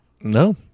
No